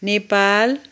Nepal